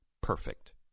perfect